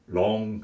long